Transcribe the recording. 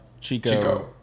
Chico